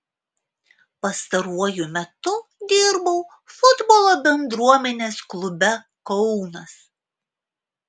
pastaruoju metu dirbau futbolo bendruomenės klube kaunas